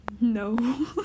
No